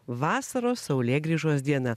vasaros saulėgrįžos diena